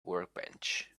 workbench